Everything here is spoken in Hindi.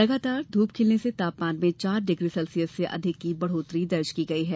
लगातार धूप खिलने से तापमान में चार डिग्री सेल्सियस से अधिक की बढ़ोत्तरी हुई है